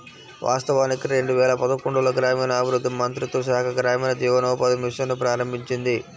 వాస్తవానికి రెండు వేల పదకొండులో గ్రామీణాభివృద్ధి మంత్రిత్వ శాఖ గ్రామీణ జీవనోపాధి మిషన్ ను ప్రారంభించింది